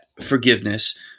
Forgiveness